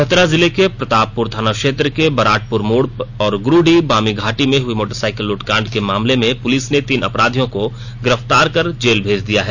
चतरा जिले के प्रतापपुर थाना क्षेत्र के बराटपुर मोड़ और गुरूडीह बामी घाटी में हुई मोटरसाईकिल लूटकांड के मामले में पुलिस ने तीन अपराधियों को गिरफ्तार कर जेल भेज दिया है